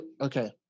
okay